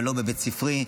אבל לא בבית ספרי,